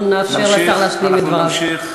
אנחנו נאפשר לשר להשלים את דבריו.